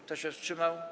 Kto się wstrzymał?